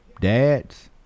dads